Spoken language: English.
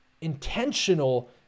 Intentional